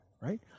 right